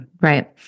right